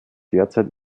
derzeit